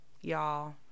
y'all